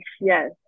yes